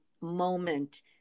moment